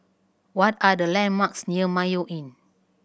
what are the landmarks near Mayo Inn